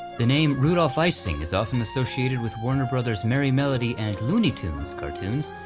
the name rudolf ising is often associated with warner bros merry melody and looney tunes cartoons,